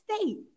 state